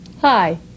Hi